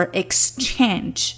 exchange